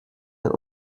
ein